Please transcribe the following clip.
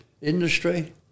industry